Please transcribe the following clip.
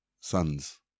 sons